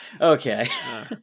Okay